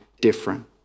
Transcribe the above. different